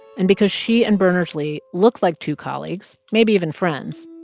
and because she and berners-lee looked like two colleagues maybe even friends.